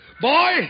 Boy